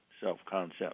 self-concept